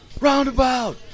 Roundabout